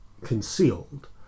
concealed